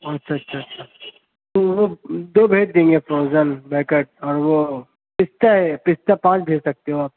اچھا اچھا اچھا تو وہ دو بھیج دیں گے فروزن بیکٹ اور وہ پستہ ہے پستہ پانچ بھیج سکتے ہو آپ